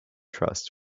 trusts